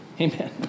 Amen